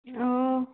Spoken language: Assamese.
অঁ